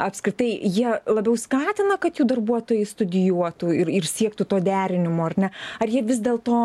apskritai jie labiau skatina kad jų darbuotojai studijuotų ir ir siektų to derinimo ar ne ar jie vis dėl to